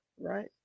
Right